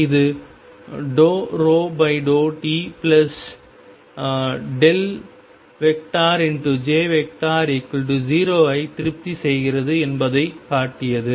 அது ∂ρ∂tj0ஐ திருப்தி செய்கிறது என்பதைக் காட்டியது